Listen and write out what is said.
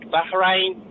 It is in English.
Bahrain